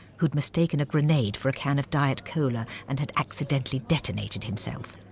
who had mistaken a grenade for a can of diet cola and had accidentally detonated himself.